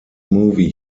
movie